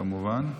כמובן,